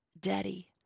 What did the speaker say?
Daddy